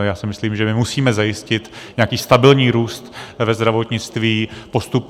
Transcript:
Já si myslím, že musíme zajistit nějaký stabilní růst ve zdravotnictví, postupný.